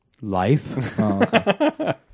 Life